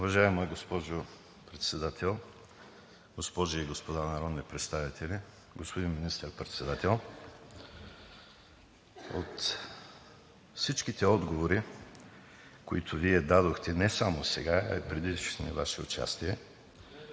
Уважаема госпожо Председател, госпожи и господа народни представители! Господин Министър-председател, от всичките отговори, които Вие дадохте не само сега, а и в предишни Ваши участия,